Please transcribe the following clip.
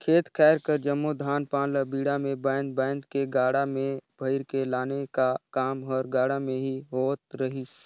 खेत खाएर कर जम्मो धान पान ल बीड़ा मे बाएध बाएध के गाड़ा मे भइर के लाने का काम हर गाड़ा मे ही होवत रहिस